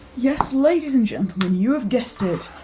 yes, ladies and gentlemen, you have guessed it,